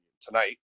tonight